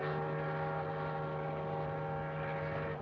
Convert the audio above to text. and